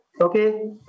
okay